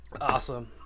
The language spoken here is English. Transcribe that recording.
Awesome